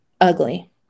ugly